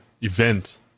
event